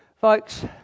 Folks